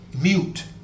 mute